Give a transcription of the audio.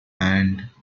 and